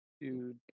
Dude